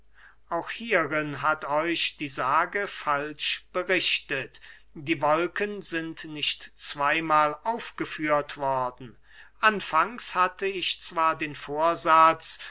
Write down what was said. auch hierin hat euch die sage falsch berichtet die wolken sind nicht zwey mahl aufgeführt worden anfangs hatte ich zwar den vorsatz